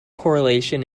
correlation